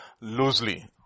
loosely